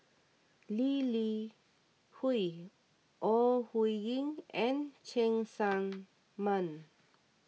Lee Li Hui Ore Huiying and Cheng Tsang Man